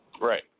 Right